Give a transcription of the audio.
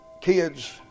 kids